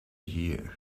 year